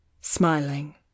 smiling